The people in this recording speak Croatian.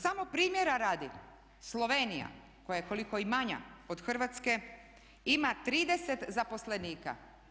Samo primjera radi Slovenija koja je koliko i manja od Hrvatske ima 30 zaposlenika.